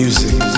Music